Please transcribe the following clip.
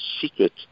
secret